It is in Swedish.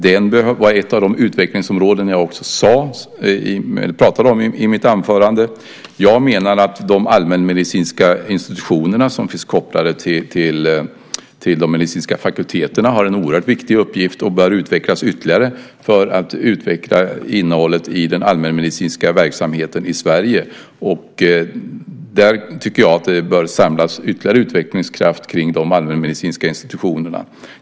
Det var ett av de utvecklingsområden som jag pratade om i mitt anförande. Jag menar att de allmänmedicinska institutionerna som finns kopplade till de medicinska fakulteterna har en oerhört viktig uppgift och bör utvecklas ytterligare för att utveckla innehållet i den allmänmedicinska verksamheten i Sverige. Jag tycker att det bör samlas ytterligare utvecklingskraft kring de allmänmedicinska institutionerna.